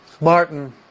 Martin